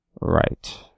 Right